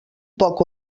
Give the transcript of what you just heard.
poc